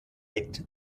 white